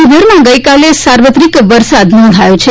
રાજ્યભરમાં ગઈકાલે સાર્વત્રિક વરસાદ નોંધાયો છે